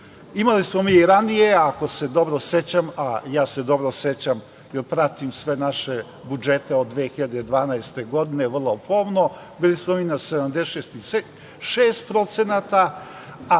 BDP.Imali smo i ranije, ako se dobro sećam, a ja se dobro sećam, jer pratim sve naše budžete od 2012. godine vrlo pomno. Bili smo mi na 76%,